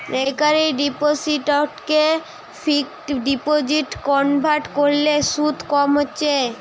recurring ডিপোসিটকে fixed ডিপোজিটে convert কোরলে শুধ কম হচ্ছে